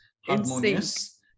harmonious